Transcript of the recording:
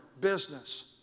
business